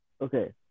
Okay